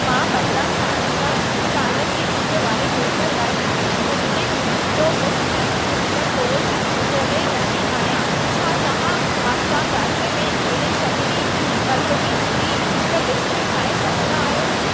मां पंद्रहं सत्रहं साल जी उमिरि वारे ग्रूप लाइ स्पूतनिक जो मुफ़्त बूस्टर डोज़ ॻोल्हे रही आहियां छा तव्हां असम राज्य में अहिड़नि सभिनी मर्कज़नि जी हिक लिस्ट ठाहे सघंदा आहियो